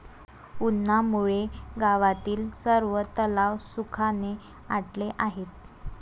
उन्हामुळे गावातील सर्व तलाव सुखाने आटले आहेत